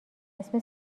اسم